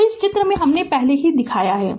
तो यह चित्र में हमने पहले ही दिखाया है